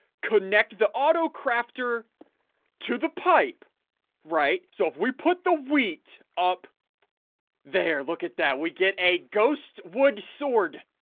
connect the auto crafter to the pipe right, so if we put the huit up there look at that. we get a ghost wood sword